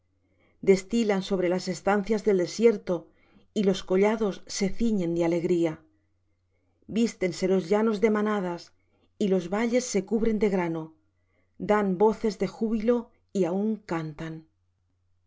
destilan sobre las estancias del desierto y los collados se ciñen de alegría vístense los llanos de manadas y los valles se cubren de grano dan voces de júbilo y aun cantan